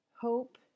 hope